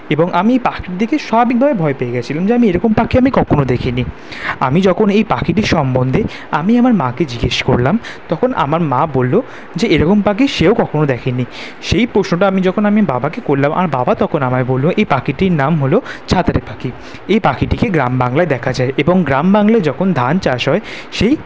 এবং আমি এই পাখিটি দেখে স্বাভাবিকভাবে ভয় পেয়ে গিয়েছিলাম যে আমি এরকম পাখি আমি কখনো দেখিনি আমি যখন এই পাখিটির সম্বন্ধে আমি আমার মাকে জিজ্ঞেস করলাম তখন আমার মা বলল যে এরকম পাখি সেও কখনো দেখেনি সেই প্রশ্নটা আমি যখন আমি বাবাকে করলাম আমার বাবা তখন আমায় বলল এই পাখিটির নাম হল ছাতারে পাখি এই পাখিটিকে গ্রাম বাংলায় দেখা যায় এবং গ্রাম বাংলায় যখন ধান চাষ হয় সেই